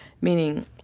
meaning